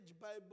Bible